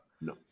no